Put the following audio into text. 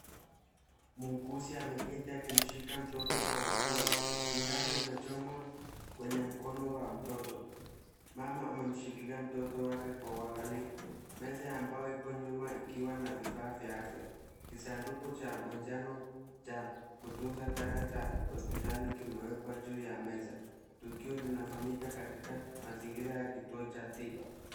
Muuguzi ameketi akimshika mtoto kwa upole. Sindano imechomwa kwenye mkono wa mtoto. Mama amemshikilia mtoto wake kwa uangalifu. Meza ya mbao ipo nyuma ikiwa na vifaa vya afya. Kisanduku cha manjano cha kutunza taka za hospitali kimewekwa juu ya meza. Tukio linafanyika katika mazingira ya kituo cha tiba.